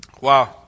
Wow